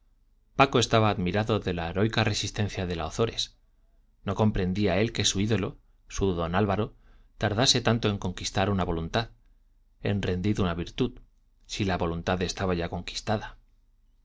paco estaba admirado de la heroica resistencia de la de ozores no comprendía él que su ídolo su don álvaro tardase tanto en conquistar una voluntad en rendir una virtud si la voluntad estaba ya conquistada